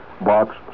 Box